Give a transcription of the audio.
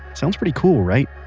sounds pretty cool right?